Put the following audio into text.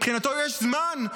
מבחינתו יש זמן,